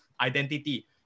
identity